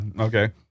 okay